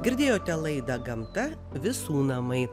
girdėjote laida gamta visų namai